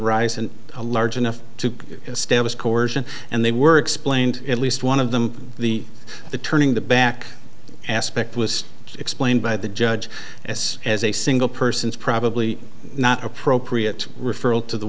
rise in a large enough to establish coercion and they were explained at least one of them the turning the back aspect was explained by the judge as as a single person is probably not appropriate referral to the